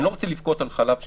אני לא רוצה לבכות על חלב שנשפך.